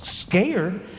scared